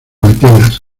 atenas